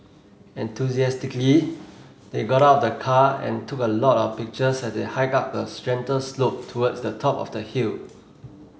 enthusiastically they got out of the car and took a lot of pictures as they hiked up a slope towards the top of the hill